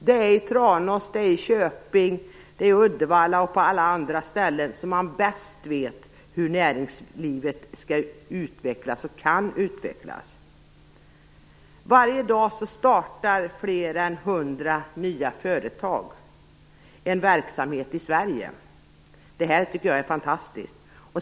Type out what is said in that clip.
Det är i Tranås, i Köping, i Uddevalla och på alla andra ställen som man bäst vet hur näringslivet kan och skall utvecklas. Varje dag startar fler än 100 nya företag en verksamhet i Sverige. Det tycker jag är fantastiskt.